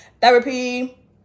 therapy